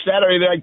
Saturday